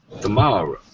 Tomorrow